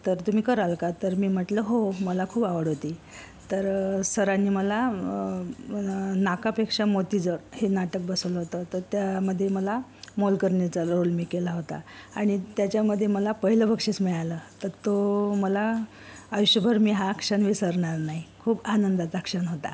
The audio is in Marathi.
तर तुम्ही कराल का तर मी म्हटलं हो मला खूप आवड होती तर सरांनी मला नाकापेक्षा मोती जड हे नाटक बसवलं होतं तर त्यामध्ये मला मोलकरणीचा रोल मी केला होता आणि त्याच्यामध्ये मला पहिलं बक्षीस मिळालं तर तो मला आयुष्यभर मी हा क्षण विसरणार नाही खूप आनंदाचा क्षण होता